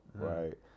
right